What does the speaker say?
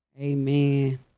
Amen